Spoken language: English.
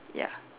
ya